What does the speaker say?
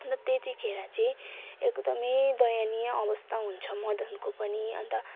अन्त त्यतिखेर चाहिँ एकदमै दयनीय अवस्था हुन्छ मदनको पनि अन्त